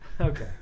Okay